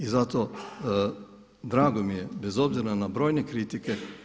I zato drago mi je bez obzira na brojne kritike.